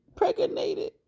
Pregnated